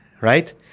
right